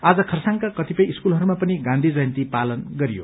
आज खरसाङमा कतिपय स्कूलहरूमा पनि गाँधी जयन्ती पालन गरियो